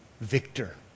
Victor